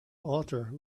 author